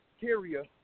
carrier